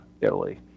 Italy